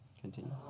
Continue